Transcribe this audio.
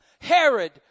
Herod